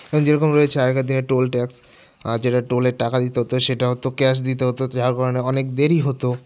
এবং যেরকম রয়েছে আগেকার দিনে টোল ট্যাক্স যেটা টোলের টাকা দিতে হতো সেটাও তো ক্যাশ দিতে হতো যার কারণে অনেক দেরি হতো